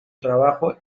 trabajo